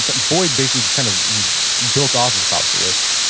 and boyd basically just kind of built off of causewitz,